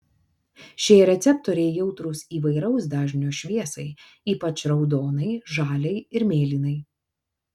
šie receptoriai jautrūs įvairaus dažnio šviesai ypač raudonai žaliai ir mėlynai